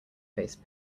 face